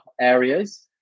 areas